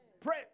Pray